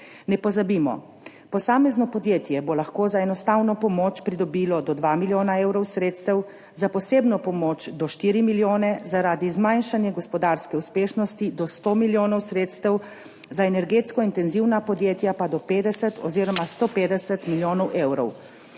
Ne pozabimo, posamezno podjetje bo lahko za enostavno pomoč pridobilo do 2 milijona evrov sredstev, za posebno pomoč do 4 milijone, zaradi zmanjšanja gospodarske uspešnosti do 100 milijonov sredstev, za energetsko intenzivna podjetja pa do 50 oziroma 150 milijonov evrov.